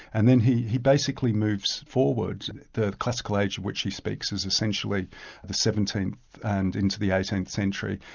and then he he basically moves forward the classical age of which he speaks is essentially the seventeenth and into the eighteenth century,